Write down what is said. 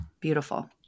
Beautiful